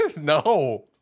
no